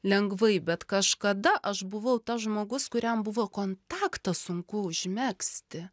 lengvai bet kažkada aš buvau tas žmogus kuriam buvo kontaktą sunku užmegzti